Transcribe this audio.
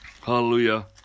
hallelujah